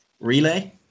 Relay